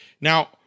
Now